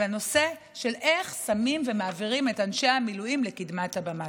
על הנושא של איך שמים ומעבירים את אנשי המילואים לקדמת הבמה.